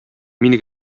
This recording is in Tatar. мин